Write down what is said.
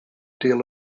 deal